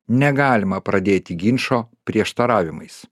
negalima pradėti ginčo prieštaravimais